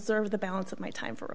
reserve the balance of my time for